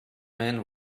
man